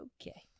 Okay